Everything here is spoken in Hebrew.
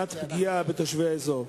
למניעת פגיעה בתושבי האזור?